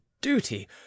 duty